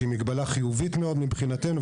שהיא מגבלה חיובית מאוד מבחינתנו,